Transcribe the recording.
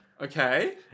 Okay